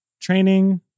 training